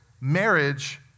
marriage